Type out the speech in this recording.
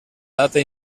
data